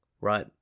right